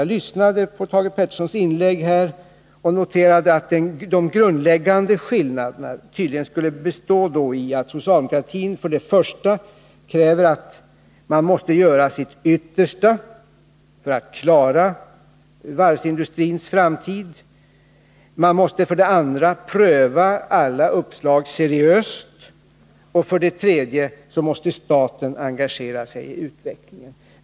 Jag lyssnade på hans inlägg här och noterade att de grundläggande skillnaderna tydligen skulle bestå i att socialdemokratin för det första kräver att man måste göra sitt yttersta för att klara varvsindustrin, för det andra vill pröva alla uppslag seriöst och för det tredje kräver att staten engagerar sig i utvecklingen.